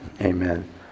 Amen